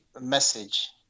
message